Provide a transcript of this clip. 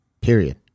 Period